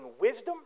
wisdom